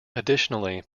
additionally